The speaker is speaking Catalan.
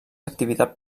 activitat